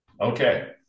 okay